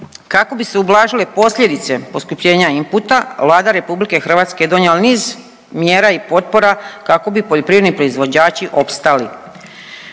Kako bi se ublažile posljedice poskupljenja inputa, Vlada RH je donijela niz mjera i potpora kako bi poljoprivredni proizvođači opstali.